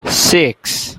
six